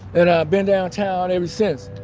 and i've been downtown ever since